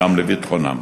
וגם לביטחונם.